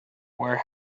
where